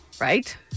Right